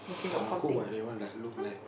but good what that one like look like